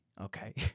Okay